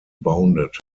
bounded